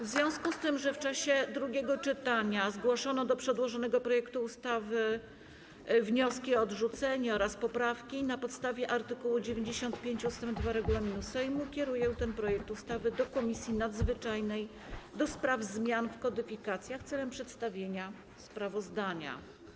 W związku z tym, że w czasie drugiego czytania zgłoszono do przedłożonego projektu ustawy wnioski o odrzucenie oraz poprawki, na podstawie art. 95 ust. 2 regulaminu Sejmu kieruję ten projekt ustawy do Komisji Nadzwyczajnej do spraw zmian w kodyfikacjach celem przedstawienia sprawozdania.